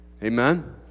amen